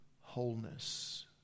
wholeness